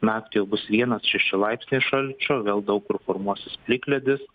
naktį jau bus vienas šeši laipsniai šalčio vėl daug kur formuosis plikledis